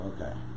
Okay